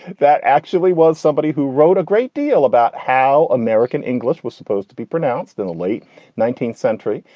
that actually was somebody who wrote a great deal about how american english was supposed to be pronounced in the late nineteenth century.